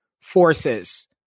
forces